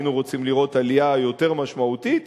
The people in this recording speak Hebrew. היינו רוצים לראות עלייה יותר משמעותית,